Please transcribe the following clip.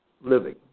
living